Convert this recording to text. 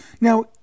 Now